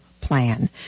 Plan